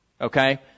okay